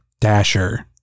Dasher